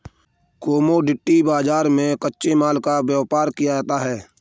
commodity बाजार में कच्चे माल का व्यापार किया जाता है